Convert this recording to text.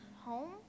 Home